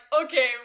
okay